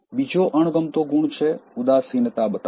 બીજો અણગમતો ગુણ છે ઉદાસીનતા બતાવવી